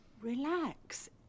Relax